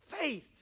faith